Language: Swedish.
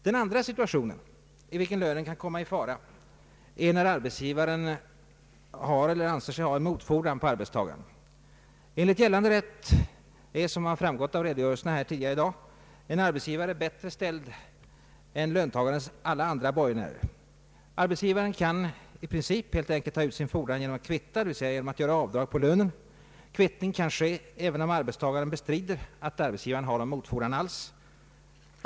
Den andra situationen i vilken lönen kan komma i fara är, när arbetsgivaren har eller anser sig ha en motfordran på arbetstagaren. Enligt gällande rätt är, som framgått av redogörelserna tidigare här i dag, en arbetsgivare bättre ställd än löntagarens alla andra borgenärer. Arbetsgivaren kan i princip helt enkelt ta ut sin fordran genom att kvitta, d.v.s. genom att göra avdrag på lönen. Kvittning kan ske, även om arbetstagaren bestrider att arbetsgivaren har en motfordran alls.